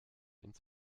ins